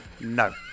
No